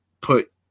put